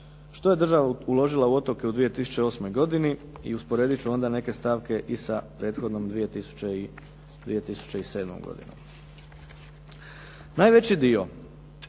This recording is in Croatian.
Što je država uložila u otoke u 2008. godini i usporedit ću onda neke stavke i sa prethodnom 2007. godinom.